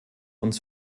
uns